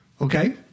Okay